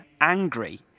angry